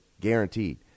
guaranteed